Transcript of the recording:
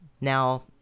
Now